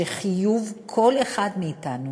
שחיוב כל אחד מאתנו